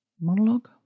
Monologue